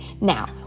Now